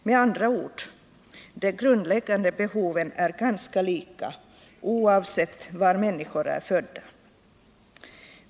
Med andra ord: de grundläggande behoven är ganska lika oavsett var människor är födda.